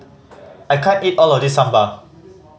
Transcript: I can't eat all of this Sambar